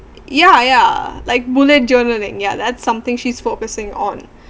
ya ya like bullet journaling yeah that's something she's focusing on